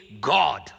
God